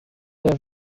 der